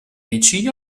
vicini